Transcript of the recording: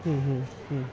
हं हं हं